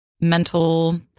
mental